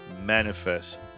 Manifest